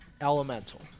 elemental